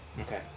Okay